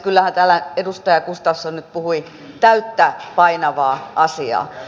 kyllähän täällä edustaja gustafsson nyt puhui täyttä painavaa asiaa